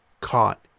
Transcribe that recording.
caught